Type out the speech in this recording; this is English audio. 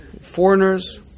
foreigners